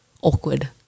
awkward